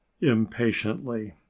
impatiently